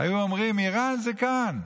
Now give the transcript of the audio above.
היו אומרים: איראן זה כאן.